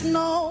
no